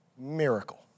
miracle